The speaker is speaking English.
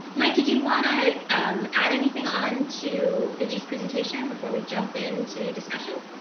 mike, did you want to add anything on to viji presentation before we jump into discussion?